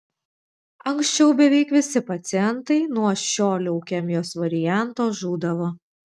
anksčiau beveik visi pacientai nuo šio leukemijos varianto žūdavo